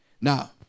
Now